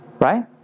Right